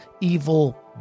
evil